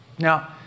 Now